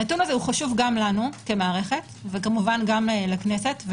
הנתון הזה חשוב גם לנו כמערכת וגם לכנסת כמובן.